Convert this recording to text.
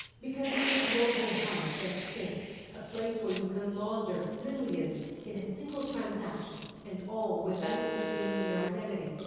because it's a global hub that's safe. a place where you can launder millions in a single transaction, and all without revealing your identity,